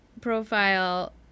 profile